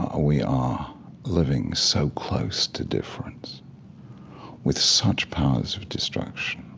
ah we are living so close to difference with such powers of destruction